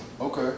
Okay